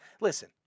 listen